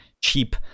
cheap